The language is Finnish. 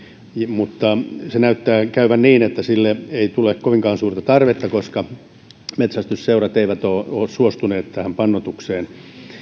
mutta näyttää käyvän niin että sille ei tule kovinkaan suurta tarvetta koska metsästysseurat eivät ole suostuneet tähän pannoitukseen